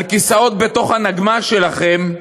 על כיסאות בתוך הנגמ"ש שלכם,